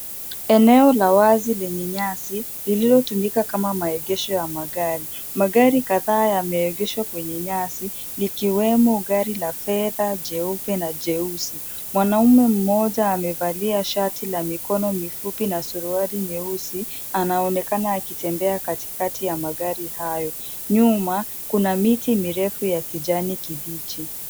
Eneo la wazi lenye nyasi, lililotumika kama maegesho ya magari. Magari kadhaa yameegeshwa kwenye nyasi, ikiwemo gari la fedha, jeupe, na jeusi. Mwanaume mmoja amevalia shati la mikono mifupi na suruali nyeusi, anaonekana akitembea katikati ya magari hayo. Nyuma, kuna miti mirefu ya kijani kibichi.